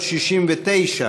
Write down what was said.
569,